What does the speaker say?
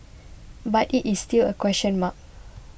but it is still a question mark